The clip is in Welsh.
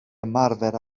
ymarfer